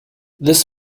this